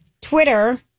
Twitter